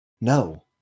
No